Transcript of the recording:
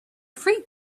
free